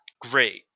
great